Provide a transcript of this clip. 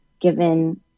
Given